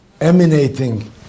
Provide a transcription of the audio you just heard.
emanating